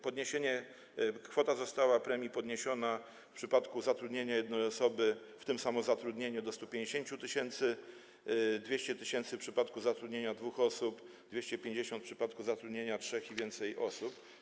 Podniesiona została kwota premii w przypadku zatrudnienia jednej osoby, w tym samozatrudnienia, do 150 tys., 200 tys. - w przypadku zatrudnienia dwóch osób, 250 tys. - w przypadku zatrudnienia trzech i więcej osób.